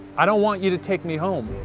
i don't want you to take me home,